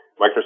Microsoft